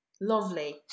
Lovely